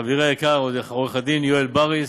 חברי היקר עורך-הדין יואל בריס,